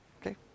Okay